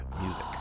Music